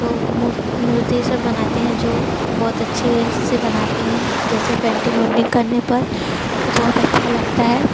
तो मुर मूर्ति सब बनाते हैं जो बहुत अच्छे से बनाते हैं जैसे पेंटिंग ओंटिंग करने पर वह बहुत अच्छा लगता है